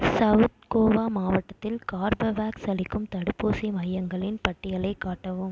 south Goa மாவட்டத்தில் Corbevax அளிக்கும் தடுப்பூசி மையங்களின் பட்டியலைக் காட்டவும்